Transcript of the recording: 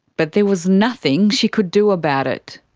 but there was nothing she could do about it.